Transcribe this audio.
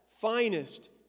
finest